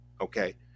Okay